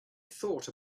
thought